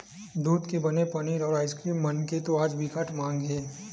दूद के बने पनीर, अउ आइसकीरिम मन के तो आज बिकट माग हे